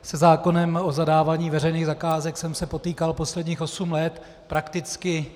Se zákonem o zadávání veřejných zakázek jsem se potýkal posledních osm let prakticky.